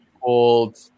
called